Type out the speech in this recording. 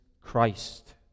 Christ